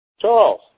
Charles